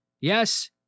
Yes